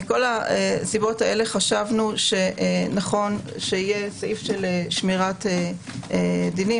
מכל הסיבות אלה חשבנו שנכון שיהיה סעיף של שמירת הדינים.